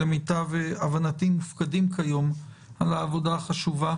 שלמיטב הבנתי מופקדים כיום על העבודה החשובה